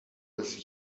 was